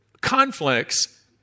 conflicts